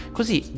Così